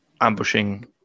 ambushing